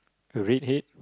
the red head